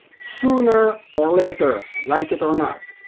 sooner or later, like it or not,